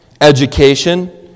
education